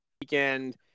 weekend